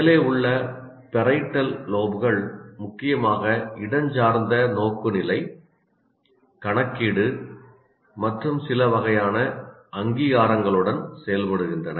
மேலே உள்ள பேரியட்டல் லோப்கள் முக்கியமாக இடஞ்சார்ந்த நோக்குநிலை கணக்கீடு மற்றும் சில வகையான அங்கீகாரங்களுடன் செயல்படுகின்றன